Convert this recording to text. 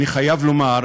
אני חייב לומר,